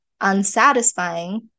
unsatisfying